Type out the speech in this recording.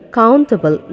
countable